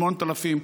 8,000,